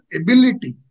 ability